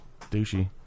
douchey